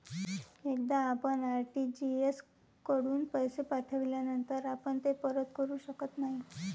एकदा आपण आर.टी.जी.एस कडून पैसे पाठविल्यानंतर आपण ते परत करू शकत नाही